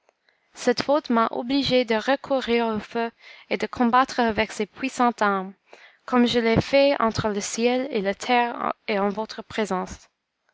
cette faute m'a obligée de recourir au feu et de combattre avec ces puissantes armes comme je l'ai fait entre le ciel et la terre et en votre présence